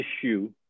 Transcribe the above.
issue